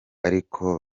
bariko